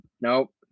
Nope